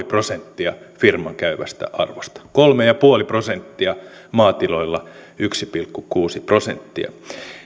prosenttia firman käyvästä arvosta kolme pilkku viisi prosenttia maatiloilla yksi pilkku kuusi prosenttia